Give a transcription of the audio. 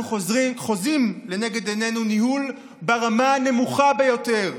אנחנו חוזים לנגד עינינו בניהול ברמה הנמוכה ביותר,